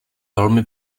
velmi